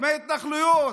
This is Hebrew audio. מההתנחלויות,